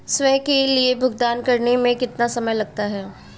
स्वयं के लिए भुगतान करने में कितना समय लगता है?